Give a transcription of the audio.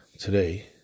Today